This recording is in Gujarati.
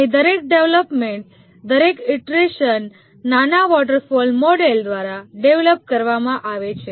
અને દરેક ડેવલપમેન્ટ દરેક ઇટરેશન નાના વોટરફોલ મોડેલ દ્વારા ડેવલપ કરવામાં આવે છે